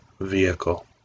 vehicle